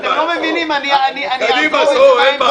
אם אתם לא מבינים, אני אעזוב את זה באמצע.